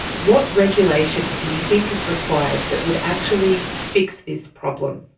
what regulation do you think is required that would actually fix this problem?